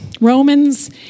Romans